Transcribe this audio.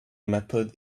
method